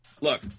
Look